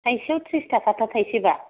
थायसेआव थ्रिस थाखाथार थायसेबा